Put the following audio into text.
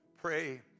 pray